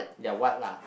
ya what lah